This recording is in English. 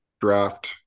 draft